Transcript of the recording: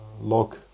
log